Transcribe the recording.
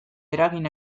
eragin